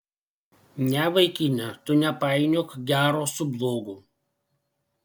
ne vaikine tu nepainiok gero su blogu